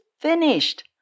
finished